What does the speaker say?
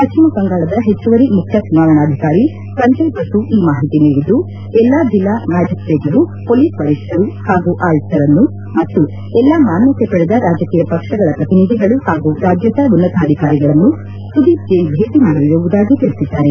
ಪತ್ನಿಮ ಬಂಗಾಳದ ಹೆಚ್ಚುವರಿ ಮುಖ್ಯ ಚುನಾವಣಾಧಿಕಾರಿ ಸಂಜಯ್ ಬಸು ಈ ಮಾಹಿತಿ ನೀಡಿದ್ದು ಎಲ್ಲಾ ಜಿಲ್ಲಾ ಮ್ಯಾಜಿಸ್ಟೇಟರು ಪೊಲೀಸ್ ವರಿಷ್ಠರು ಹಾಗೂ ಆಯುಕ್ತರನ್ನು ಮತ್ತು ಎಲ್ಲಾ ಮಾನ್ಗತೆ ಪಡೆದ ರಾಜಕೀಯ ಪಕ್ಷಗಳ ಪ್ರತಿನಿಧಿಗಳು ಹಾಗೂ ರಾಜ್ಯದ ಉನ್ನತಾಧಿಕಾರಿಗಳನ್ನು ಸುದೀಪ್ ಜ್ಲೆನ್ ಭೇಟ ಮಾಡಲಿರುವುದಾಗಿ ತಿಳಿಸಿದ್ದಾರೆ